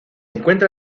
encuentra